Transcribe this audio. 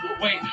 Wait